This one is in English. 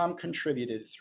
contributed